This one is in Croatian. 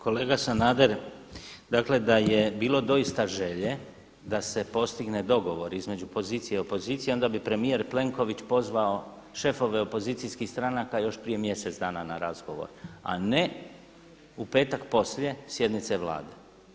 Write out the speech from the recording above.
Kolega Sanader, dakle da je bilo dosta želje da se postigne dogovor između pozicije i opozicije onda bi premijer Plenković pozvao šefove opozicijskih stranaka još prije mjesec dana na razgovor, a ne u petak poslije sjednice Vlade.